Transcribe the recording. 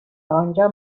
آنجا